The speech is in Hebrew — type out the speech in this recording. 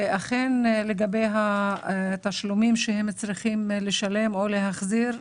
אכן לגבי התשלומים שהם צריכים לשלם או להחזיר,